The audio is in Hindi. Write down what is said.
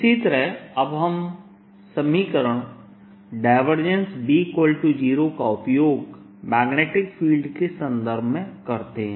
इसी तरह अब हम समीकरण B0 का उपयोग मैग्नेटिक फील्ड के संदर्भ में करते हैं